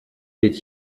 est